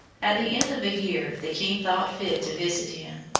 at the end of a year the king thought fit to visit him.